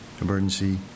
emergency